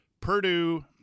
Purdue